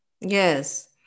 Yes